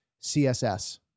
CSS